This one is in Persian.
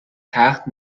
تخت